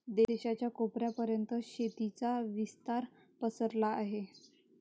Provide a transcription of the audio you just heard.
देशाच्या कोपऱ्या पर्यंत शेतीचा विस्तार पसरला आहे